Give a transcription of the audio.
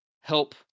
help